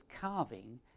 carving